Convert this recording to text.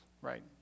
right